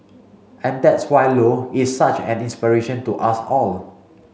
and that's why Low is such an inspiration to us all